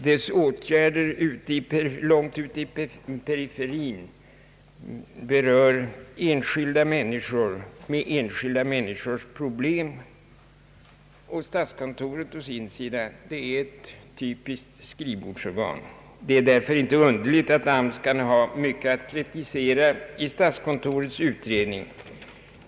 Dess åtgärder långt ute i periferin berör enskilda människor med enskilda människors problem, och statskontoret å sin sida är ett typiskt skrivbordsorgan. Det är därför inte underligt att AMS kan ha mycket att kritisera i statskontorets utredning.